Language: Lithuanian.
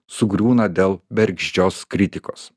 sugriūna dėl bergždžios kritikos